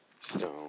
stone